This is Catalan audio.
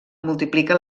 multiplica